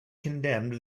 condemned